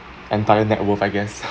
entire net worth I guess